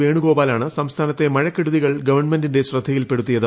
വേണുഗോപാലാണ് സംസ്ഥാനത്തെ മഴക്കെടുതികൾ ഗവൺമെന്റിന്റെ ശ്രദ്ധയിൽപ്പെടുത്തിയത്